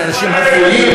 של אנשים הזויים,